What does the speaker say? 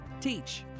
Teach